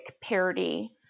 parody